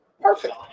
perfect